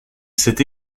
s’est